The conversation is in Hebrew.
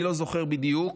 אני לא זוכר בדיוק,